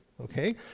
okay